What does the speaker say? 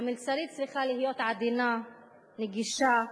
המלצרית צריכה להיות עדינה, רגישה,